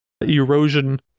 erosion